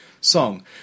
Song